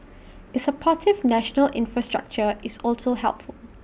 it's A supportive national infrastructure is also helpful